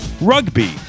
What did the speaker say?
rugby